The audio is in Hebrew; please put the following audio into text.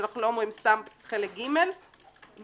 שאנחנו לא אומרים סתם חלק ג' בתוספת,